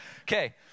Okay